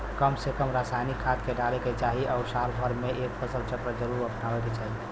कम से कम रासायनिक खाद के डाले के चाही आउर साल भर में एक फसल चक्र जरुर अपनावे के चाही